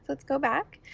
let's go back,